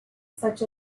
such